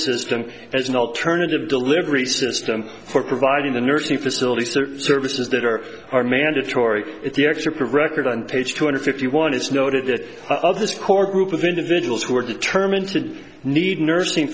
system as an alternative delivery system for providing the nursing facilities the services that are are mandatory at the excerpt of record on page two hundred fifty one as noted that of this core group of individuals who are determined to need a nursing